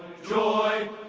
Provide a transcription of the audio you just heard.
joy.